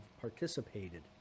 participated